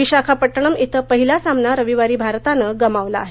विशाखापट्टणम इथला पहिला सामना रविवारी भारतानं गमावला आहे